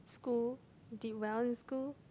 school did well in school